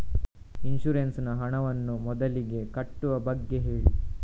insurance ನ ಹಣವನ್ನು ಮೊದಲಿಗೆ ಕಟ್ಟುವ ಬಗ್ಗೆ ಹೇಳಿ